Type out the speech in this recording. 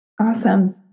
Awesome